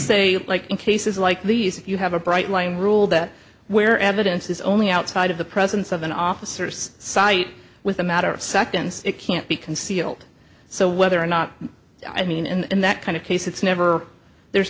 say like in cases like these if you have a bright line rule that where evidence is only outside of the presence of an officer's sight with a matter of seconds it can't be concealed so whether or not i mean in that kind of case it's never there's